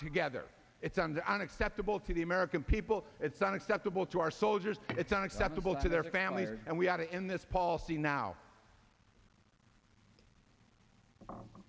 together it sounds unacceptable to the american people it's unacceptable to our soldiers it's unacceptable to their families and we have to in this policy now